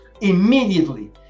immediately